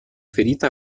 ferita